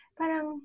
parang